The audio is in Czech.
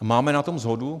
Máme na tom shodu.